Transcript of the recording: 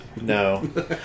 No